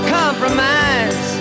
compromise